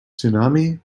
tsunami